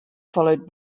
followed